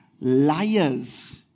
liars